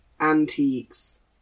antiques